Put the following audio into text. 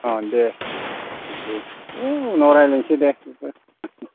अ दे दे ओइ उनाव रायज्लायनोसै दे बेफोरो